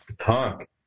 talk